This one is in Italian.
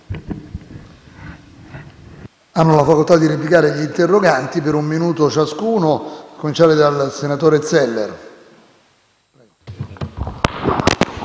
Grazie,